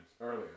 Earlier